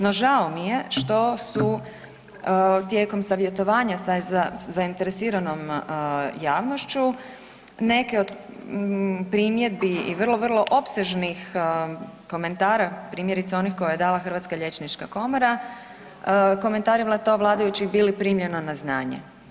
No žao mi je što su tijekom savjetovanja sa zainteresiranom javnošću neke od primjedbi i vrlo, vrlo opsežnih komentara primjerice onih koje je dala Hrvatska liječnika komora, komentarima je to vladajućih bilo primljeno na znanje.